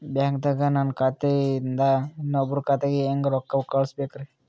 ಬ್ಯಾಂಕ್ದಾಗ ನನ್ ಖಾತೆ ಇಂದ ಇನ್ನೊಬ್ರ ಖಾತೆಗೆ ಹೆಂಗ್ ರೊಕ್ಕ ಕಳಸಬೇಕ್ರಿ?